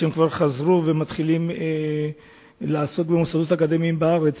שכבר חזרו ומתחילים לעסוק בתחום המחקר במוסדות האקדמיים בארץ,